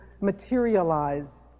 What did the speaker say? materialize